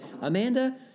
Amanda